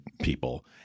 people